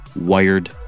wired